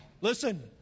Listen